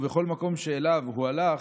ובכל מקום שאליו הוא הלך,